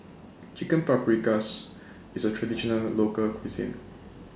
Chicken Paprikas IS A Traditional Local Cuisine